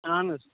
اَہَن حظ